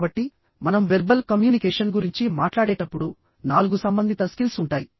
కాబట్టి మనం verbal communication గురించి మాట్లాడేటప్పుడు నాలుగు సంబంధిత స్కిల్స్ ఉంటాయి